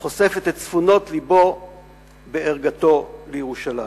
החושפת את צפונות לבו בערגתו לירושלים.